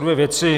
Dvě věci.